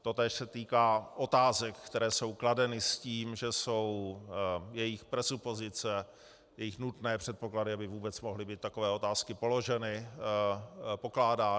Totéž se týká otázek, které jsou kladeny s tím, že jsou jejich presupozice, jejich nutné předpoklady, aby vůbec mohly být takové otázky položeny, pokládány.